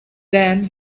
then